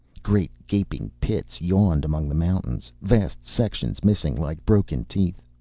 great gaping pits yawned among the mountains, vast sections missing like broken teeth.